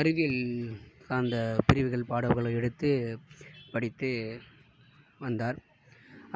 அறிவியல் சார்ந்த பிரிவுகள் பாடங்களை எடுத்து படித்து வந்தார்